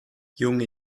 junge